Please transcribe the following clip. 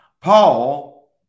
Paul